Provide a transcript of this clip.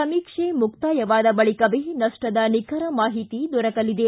ಸಮೀಕ್ಷೆ ಮುಕ್ತಾಯವಾದ ಬಳಿಕವೇ ನಷ್ಟದ ನಿಖರ ಮಾಹಿತಿ ದೊರಕಲಿದೆ